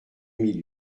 mille